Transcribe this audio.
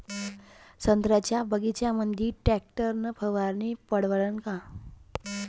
संत्र्याच्या बगीच्यामंदी टॅक्टर न फवारनी परवडन का?